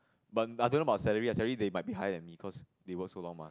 but I don't know about salary lah salary they might be higher than me cause they work so long mah